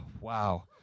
wow